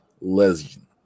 legend